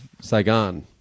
Saigon